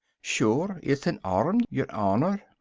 shure it's an arm, yer honour!